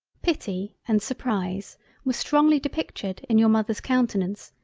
pity and surprise were strongly depictured in your mother's countenance,